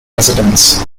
residents